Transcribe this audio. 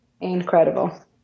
Incredible